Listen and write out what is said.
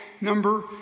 number